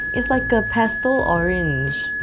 it's like a pastel orange.